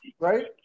Right